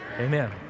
Amen